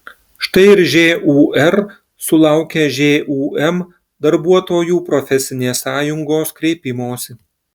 štai ir žūr sulaukė žūm darbuotojų profesinės sąjungos kreipimosi